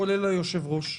כולל היושב-ראש,